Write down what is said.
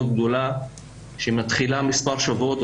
מאוד גדולה שמתחילה מספר שבועות,